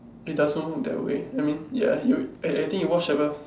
it doesn't work that way I mean ya you I I think you watch that well